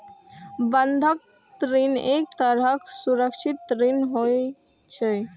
बंधक ऋण एक तरहक सुरक्षित ऋण होइ छै